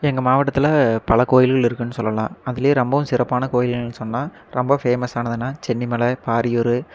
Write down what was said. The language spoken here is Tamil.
எங்கள் மாவட்டத்தில் பல கோயில்கள் இருக்குன்னு சொல்லலாம் அதில் ரொம்பவும் சிறப்பான கோயில்கள்ன்னு சொன்னால் ரொம்ப ஃபேமஸானதுன்னா சென்னிமலை பாரியூர்